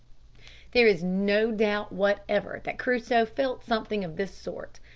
there is no doubt whatever that crusoe felt something of this sort.